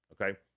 Okay